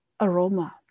aroma